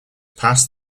pass